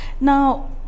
Now